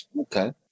okay